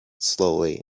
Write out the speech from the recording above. slowly